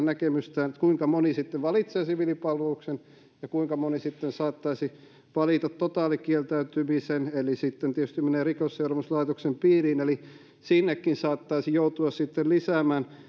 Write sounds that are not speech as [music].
[unintelligible] näkemystä ei ole että kuinka moni sitten valitsee siviilipalveluksen ja kuinka moni sitten saattaisi valita totaalikieltäytymisen sitten tietysti menee rikosseuraamuslaitoksen piiriin eli sinnekin saattaisi joutua sitten lisäämään